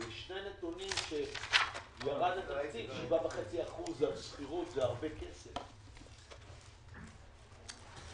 התקציב אושר על ידי המועצה המנהלית ב-3 בדצמבר,